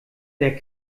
der